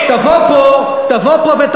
למה אתה מתעלם?